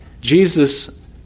Jesus